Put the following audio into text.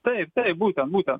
taip taip būtent būtent